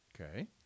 okay